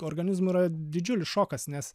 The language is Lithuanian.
organizmui yra didžiulis šokas nes